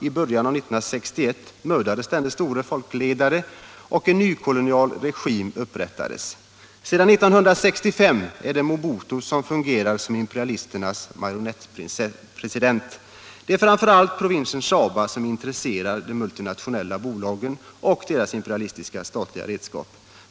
I början av 1961 mördades denne store folkledare, och en ny kolonialregim upprättades. Sedan 1965 är det Mobutu som fungerar som imperialisternas marionettpresident. Det är framför allt provinsen Shaba som intresserar de multinationella bolagen och deras imperialistiska statliga redskap.